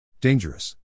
Dangerous